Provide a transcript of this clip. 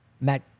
Matt